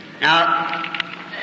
Now